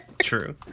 True